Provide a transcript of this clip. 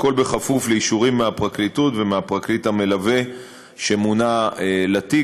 הכול כפוף לאישורים מהפרקליטות ומהפרקליט המלווה שמונה לתיק,